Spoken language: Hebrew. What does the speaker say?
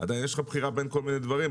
יש לך בחירה בין כל מיני דברים.